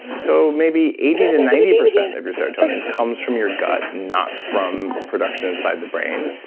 so maybe eighty to ninety percent of your serotonin comes from your gut, not from production inside the brain.